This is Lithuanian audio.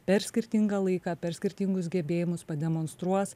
per skirtingą laiką per skirtingus gebėjimus pademonstruos